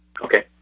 Okay